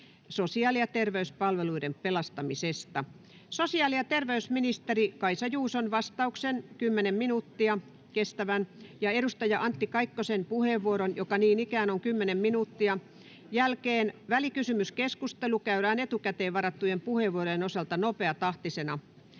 sosiaali‑ ja terveyspalveluiden pelastamisesta. Sosiaali‑ ja terveysministeri Kaisa Juuson kymmenen minuuttia kestävän vastauksen ja edustaja Antti Kaikkosen puheenvuoron jälkeen, joka niin ikään on kymmenen minuuttia, välikysymyskeskustelu käydään etukäteen varattujen puheenvuorojen osalta nopeatahtisena.